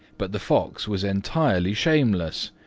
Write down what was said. but the fox was entirely shameless.